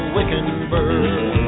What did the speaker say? Wickenburg